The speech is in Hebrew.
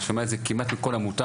אני שומע את זה כמעט מכל עמותה,